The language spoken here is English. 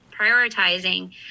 prioritizing